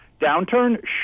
Downturn